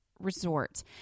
resort